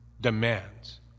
demands